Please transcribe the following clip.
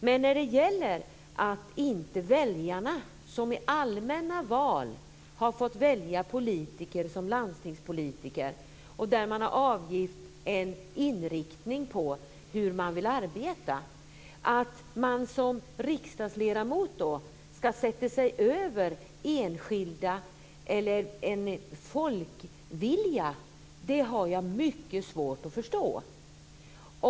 Men när väljarna i allmänna val har fått välja landstingspolitiker som har angett en inriktning för hur de vill arbeta har jag mycket svårt att förstå att man som riksdagsledamot ska sätta sig över den folkviljan.